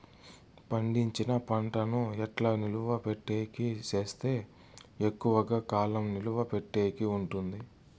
పండించిన పంట ను ఎట్లా నిలువ పెట్టేకి సేస్తే ఎక్కువగా కాలం నిలువ పెట్టేకి ఉంటుంది?